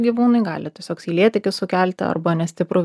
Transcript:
gyvūnui gali tiesiog seilėtekį sukelti arba nestiprų